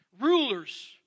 rulers